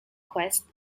quest